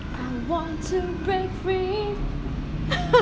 I want to break free